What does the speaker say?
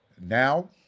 Now